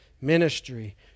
ministry